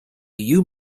you